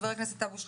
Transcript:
חבר הכנסת אבו שחאדה.